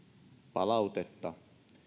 palautetta